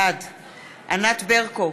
בעד ענת ברקו,